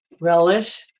relish